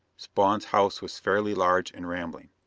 spawn's house was fairly large and rambling.